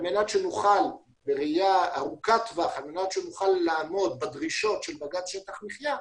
על מנת שנוכל בראייה ארוכת טווח לעמוד בדרישות של בג"ץ שטח מחייה,